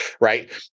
right